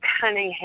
Cunningham